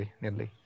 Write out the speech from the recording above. nearly